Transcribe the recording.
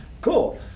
Cool